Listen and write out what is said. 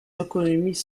économies